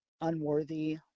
Unworthy